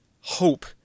hope